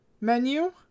menu